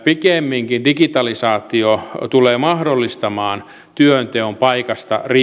pikemminkin digitalisaatio tulee mahdollistamaan työnteon paikasta